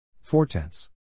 Four-tenths